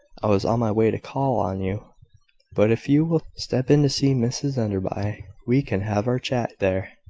i was on my way to call on you but if you will step in to see mrs enderby, we can have our chat there.